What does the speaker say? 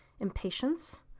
impatience